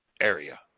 area